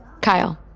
Kyle